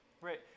Right